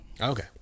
Okay